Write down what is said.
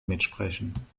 mitsprechen